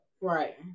right